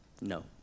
No